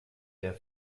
der